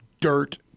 Dirt